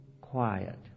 quiet